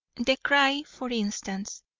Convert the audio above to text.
the cry, for instance,